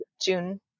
June